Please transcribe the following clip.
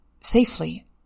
safely